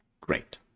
Great